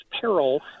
peril